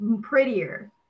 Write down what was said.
prettier